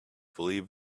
believe